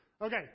Okay